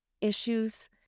issues